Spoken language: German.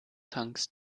tanks